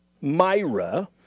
Myra